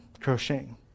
crocheting